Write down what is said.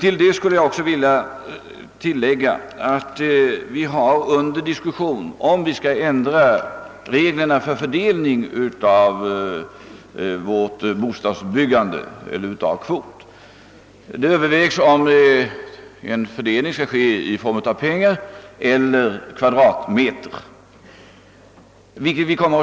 Jag skulle vilja tillägga att vi har under diskussion frågan, om vi skall ändra reglerna för fördelning av kvoten för bostadsbyggande. Det övervägs huruvida fördelningen skall göras med hänsyn till beloppet eller med hänsyn till antalet kvadratmeter.